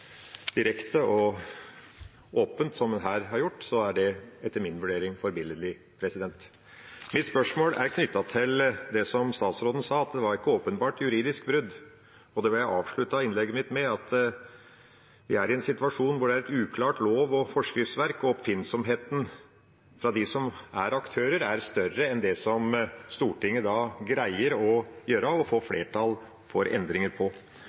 direkte og åpent som han her har gjort, er det etter min vurdering forbilledlig. Mitt spørsmål er knyttet til det som statsråden sa, at det var ikke et åpenbart juridisk brudd. Jeg avsluttet innlegget mitt med at vi er i en situasjon hvor det er et uklart lov- og forskriftsverk, og oppfinnsomheten hos dem som er aktører, er større enn det som Stortinget greier å gjøre og få flertall for endringer